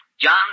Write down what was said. John